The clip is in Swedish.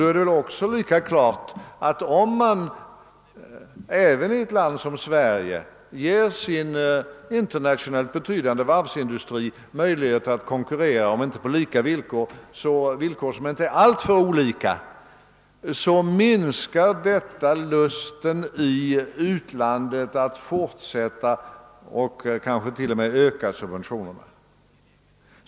Då är det väl också lika klart, att om man även i ett land som Sverige ger sin internationellt betydande varvsindustri möjlighet att konkurrera om inte på lika villkor så i alla fall på villkor som inte är alltför olika, minskar detta lusten i utlandet att fortsätta med och kanske till och med öka subventionerna.